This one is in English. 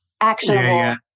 actionable